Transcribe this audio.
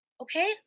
Okay